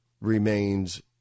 remains